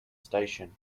station